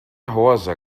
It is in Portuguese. rosa